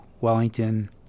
Wellington